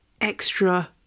extra